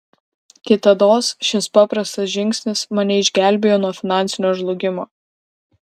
kitados šis paprastas žingsnis mane išgelbėjo nuo finansinio žlugimo